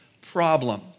problem